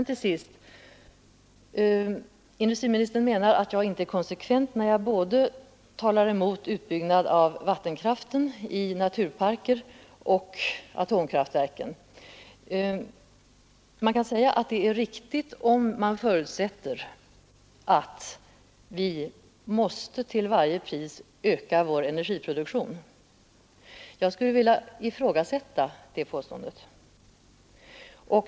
Till sist: Industriministern hävdar att jag inte är konsekvent när jag både talar emot utbyggnaden av vattenkraften i naturparker och atomkraftverken. Man kan säga att detta är riktigt om man förutsätter att vi måste till varje pris öka vår energiproduktion. Jag skulle vilja ifrågasätta det tvånget.